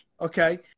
Okay